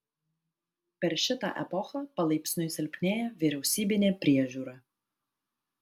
per šitą epochą palaipsniui silpnėja vyriausybinė priežiūra